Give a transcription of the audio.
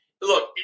Look